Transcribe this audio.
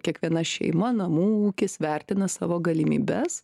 kiekviena šeima namų ūkis vertina savo galimybes